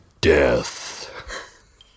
Death